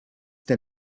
der